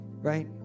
right